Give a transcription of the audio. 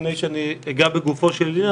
לפני שאגע בגופו של עניין,